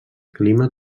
clima